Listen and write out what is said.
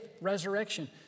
resurrection